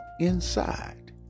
inside